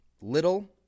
little